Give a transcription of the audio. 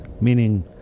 Meaning